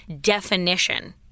definition